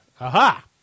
Aha